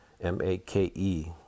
M-A-K-E